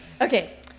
Okay